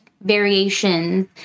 variations